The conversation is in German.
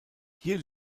hier